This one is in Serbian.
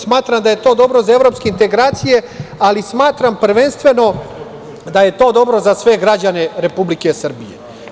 Smatram da je to dobro za evropske integracije, ali smatram prvenstveno da je to dobro za sve građane Republike Srbije.